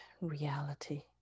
reality